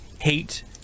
hate